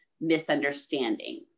misunderstanding